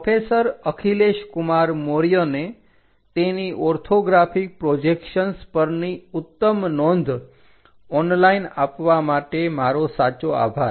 professor Akhilesh Kumar મૌર્યને તેની orthographic projections પરની ઉત્તમ નોંધ ઓનલાઈન આપવા માટે મારો સાચો આભાર